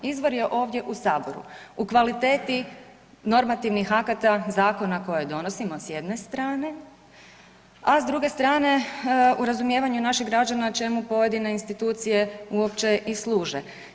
Izvor je ovdje u Saboru, u kvaliteti normativnih akata, zakona koje donosimo s jedne strane, a s druge strane u razumijevanju naših građana čemu pojedine institucije uopće i služe.